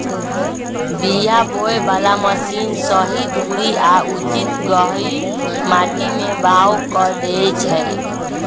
बीया बोय बला मशीन सही दूरी आ उचित गहीर माटी में बाओ कऽ देए छै